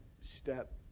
step